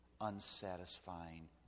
unsatisfying